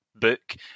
book